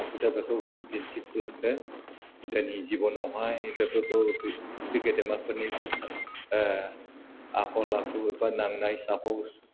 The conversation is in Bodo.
आखुथाइफोरखौ बिसोर दिन्थिफुंदों जोंनि जिबनावहाय बेफोरखौ बे गेदेरमाफोरनि भाषा आखल आखु बा नांनाय साहस